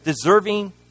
deserving